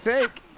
think.